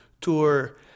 tour